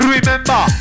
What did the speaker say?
Remember